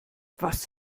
was